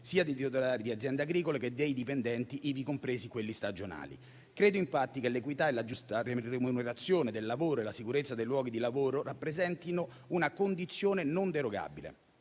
sia dei titolari di aziende agricole che dei dipendenti, ivi compresi quelli stagionali. Credo infatti che l'equità, la giusta remunerazione del lavoro e la sicurezza dei luoghi di lavoro rappresentino una condizione non derogabile.